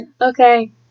Okay